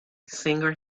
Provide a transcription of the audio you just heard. singer